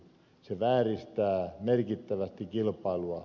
se vääristää merkittävästi kilpailua